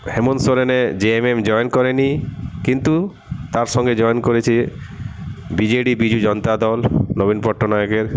হেমন সোরেনের জেএমএম জয়েন করে নি কিন্তু তার সঙ্গে জয়েন করেছে বিজেডি বিজু জনতা দল নবীন পট্টনায়কের